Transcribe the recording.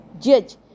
judge